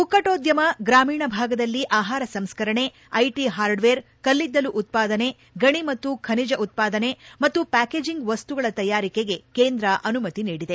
ಕುಕ್ತಟೋದ್ದಮ ಗ್ರಾಮೀಣ ಭಾಗದಲ್ಲಿ ಆಹಾರ ಸಂಸ್ಕರಣೆ ಐಟಿ ಹಾರ್ಡ್ವೇರ್ ಕಲ್ಲಿದ್ದಲು ಉತ್ತಾದನೆ ಗಣಿ ಮತ್ತು ಖನಿಜ ಉತ್ಪಾದನೆ ಮತ್ತು ಪ್ಯಾಕೇಜಿಂಗ್ ವಸ್ತುಗಳ ತಯಾರಿಕೆಗೆ ಕೇಂದ್ರ ಅನುಮತಿ ನೀಡಿದೆ